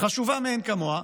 חשובה מאין כמוה,